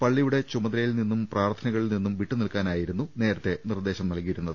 പള്ളിയുടെ ചുമതലയിൽ നിന്നും പ്രാർത്ഥനകളിൽ നിന്നും വിട്ടു നിൽക്കാനായിരുന്നു നേരത്തെ നിർദേശ നൽകിയിരുന്നത്